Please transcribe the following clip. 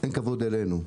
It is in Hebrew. אין כבוד אלינו.